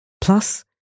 Plus